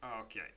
Okay